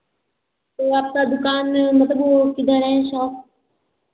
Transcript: तो आप का दुकान मतलब वो किधर है शॉप